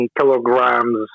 kilograms